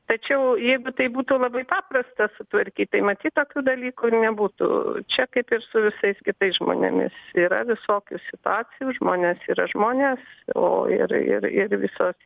tačiau jeigu tai būtų labai paprasta sutvarkyt tai matyt tokių dalykų ir nebūtų čia kaip ir su visais kitais žmonėmis yra visokių situacijų žmonės yra žmonės o ir ir ir visos